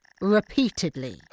Repeatedly